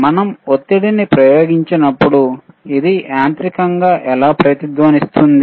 మనం ఒత్తిడిని ప్రయోగించినప్పుడు ఇది యాంత్రికంగా ఎలా రెజోనెOట్స్తుంది